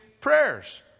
prayers